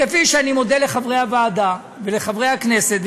כפי שאני מודה לחברי הוועדה ולחברי הכנסת,